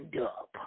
up